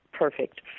perfect